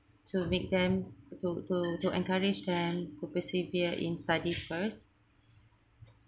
to make them to to to encourage them to persevere in study first